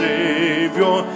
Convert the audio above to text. Savior